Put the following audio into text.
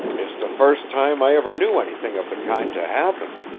it's the first time i ever knew anything of the kind to happen.